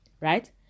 Right